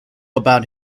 about